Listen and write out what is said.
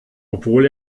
obwohl